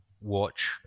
watch